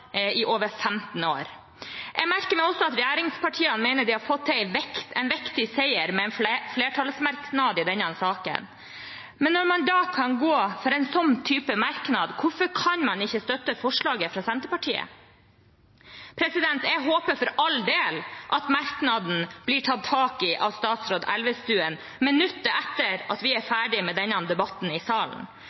i over 15 år. Jeg merker meg også at regjeringspartiene mener at de har fått til en viktig seier med en flertallsmerknad i denne saken. Men når man da kan gå for en sånn type merknad, hvorfor kan man ikke støtte forslaget fra Senterpartiet? Jeg håper for all del at merknaden blir tatt tak i av statsråd Elvestuen minuttet etter at vi er ferdige med denne debatten i salen.